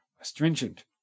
astringent